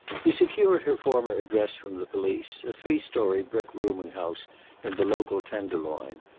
he secured her former address from the police, a three-story brick rooming-house in the local tenderloin,